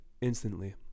instantly